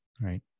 right